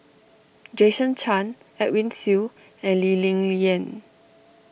Jason Chan Edwin Siew and Lee Ling Yen